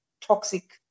toxic